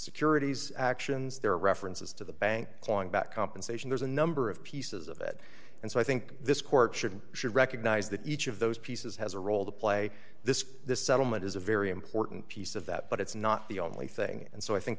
securities actions there are references to the bank clawing back compensation there's a number of pieces of it and so i think this court should and should recognize that each of those pieces has a role to play this this settlement is a very important piece of that but it's not the only thing and so i think